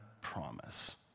promise